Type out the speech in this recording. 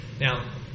Now